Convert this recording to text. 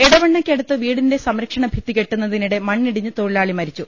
എടവണ്ണയ്ക്കടുത്ത് വീടിന്റെ സംരക്ഷണഭിത്തി കെട്ടുന്നതിനിടെ മണ്ണി ടിഞ്ഞ് തൊഴിലാളി മരിച്ചു